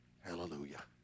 Hallelujah